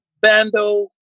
Bando